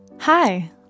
Hi